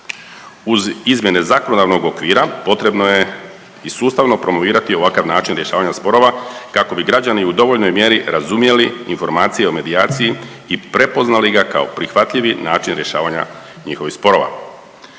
Uz izmjene zakonodavnog okvira potrebno je i sustavno promovirati ovakav način rješavanja sporova kako bi građani u dovoljnoj mjeri razumjeli informacije o medijaciji i prepoznali ga kao prihvatljivi način rješavanja njihovih sporova.